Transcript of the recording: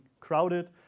crowded